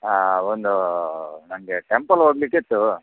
ಹಾಂ ಒಂದೂ ನಂಗೆ ಟೆಂಪಲ್ ಹೋಗ್ಲಿಕ್ಕಿತ್ತು